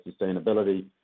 sustainability